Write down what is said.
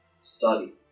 study